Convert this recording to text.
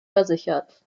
versichert